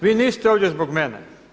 Vi niste ovdje zbog mene.